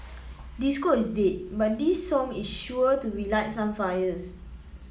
disco is dead but this song is sure to relight some fires